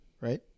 Right